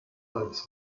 als